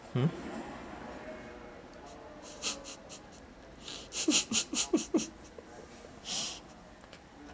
hmm